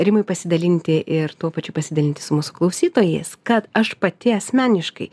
rimai pasidalinti ir tuo pačiu pasidalinti su mūsų klausytojais kad aš pati asmeniškai